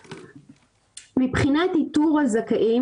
מבחינת איתור הזכאים,